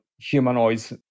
humanoids